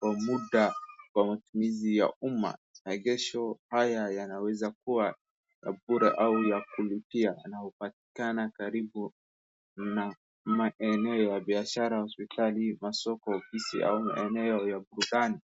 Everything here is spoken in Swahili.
kwa muda kwa matumizi ya umma, maegesho haya yanaweza kuwa ya bure au yakulipia na hupatikana karibu na maeneo ya biashara, hospitali, masoko, ofisi au eneo ya burudani.